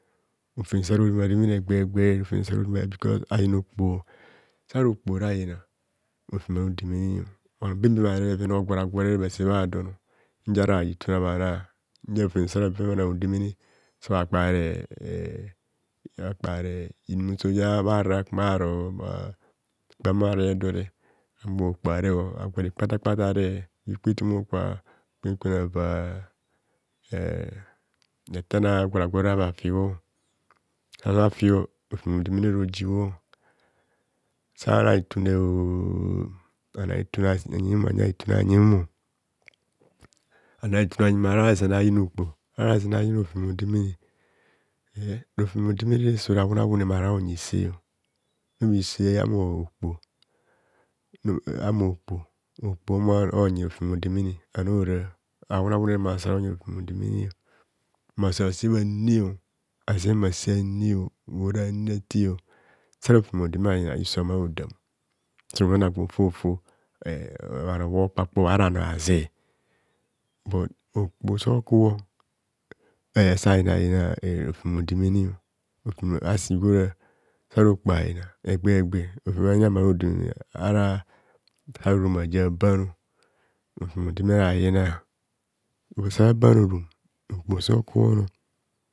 Rofem saro dema demene rofem saro dema demena egba o egba bkos ayina okpo sara okpoho re ayina rofem haro demene bhano bembem bhare bhareb bheven a’ogwoea gwore bhase bhadon nzia bhara itune habhana nzia rofem sara be harodemene sa bha kpare ee sa bhakpere inu so jabhagarara bha kubho bharo bhahuma bhare do ahumo okpo arebho agwore ikpata kpatare nti ki tum bhakwa kwen kwen ava e e retam a’gwora afa fibho sava fibho rofem odemene rojibho sana itune oooo sana itune azere anyim ana itune ayim ana itune ana nzenma mmanyi na okpoho aeazenna mna uyi rofem hodemene, rofem odemene so ra awoonawoone mara a’onyi se nobise ahumookpoho eh ahumo okpo okpo okpo moro nyi rofem odemene aniora awoone woone mara onyi rofem odemene, mma sase ane azem ase ane orane ate sara rofem odemene ayina iso ama hodam sunhani agwo efefe bhano bho kpa kpo ava bhano aze bur okpo so kubho asa yina yina rofem odemene as gwe ora sara okpo ayina egbe egbe rofem ani amarodemene ara sara orom aja a’ban rofem odemene ayina bur sa ban orom okpo so kubhono